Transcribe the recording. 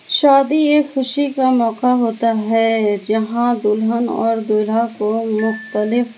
شادی ایک خوشی کا موقع ہوتا ہے جہاں دلہن اور دولہا کو مختلف